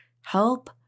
help